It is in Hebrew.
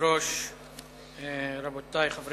לסעיף הבא: הצעת חוק